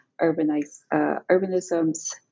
urbanisms